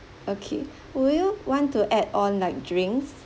okay will you want to add on like drinks